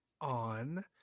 on